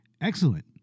excellent